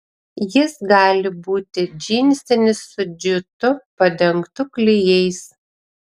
jis gali būti džinsinis su džiutu padengtu klijais